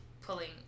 pulling